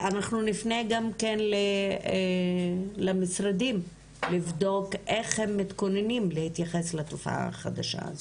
אנחנו גם נפנה למשרדים לבדוק איך הם מתכוננים להתייחס לתופעה החדשה הזו.